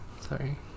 sorry